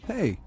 Hey